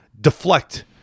deflect